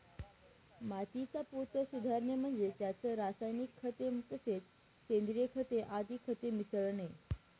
मातीचा पोत सुधारणे म्हणजे त्यात रासायनिक खते तसेच सेंद्रिय खते आदी खते मिसळणे